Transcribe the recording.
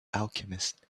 alchemist